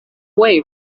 way